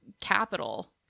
capital